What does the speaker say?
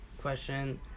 question